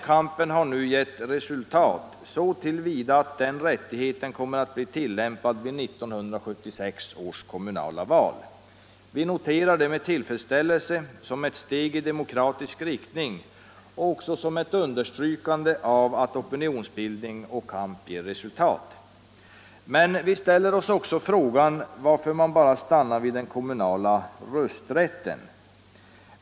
Kampen har nu gett resultat så till vida att den rättigheten kommer att bli tillämpad vid 1976 års kommunala val. Vi noterar det med tillfredsställelse som ett steg i demokratisk riktning och som ett understrykande av att opinionsbildning och kamp ger resultat. Men vi ställer oss också frågan varför man stannar vid den kommunala rösträtten.